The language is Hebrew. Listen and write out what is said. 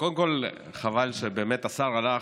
קודם כול, חבל באמת שהשר הלך.